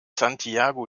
santiago